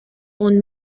und